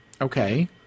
Okay